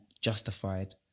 justified